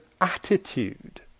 attitude